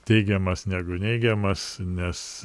teigiamas negu neigiamas nes